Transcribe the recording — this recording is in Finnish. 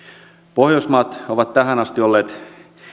pohjoismaat ovat tähän asti olleet